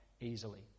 easily